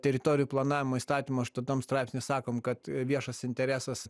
teritorijų planavimo įstatymo aštuntam straipsny sakom kad viešas interesas